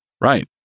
Right